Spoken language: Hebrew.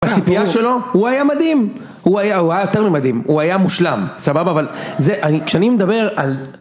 הציפייה שלו, הוא היה מדהים, הוא היה יותר ממדהים, הוא היה מושלם, סבבה, אבל כשאני מדבר על